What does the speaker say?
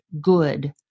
good